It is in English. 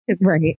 right